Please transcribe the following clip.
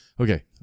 Okay